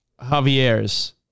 Javier's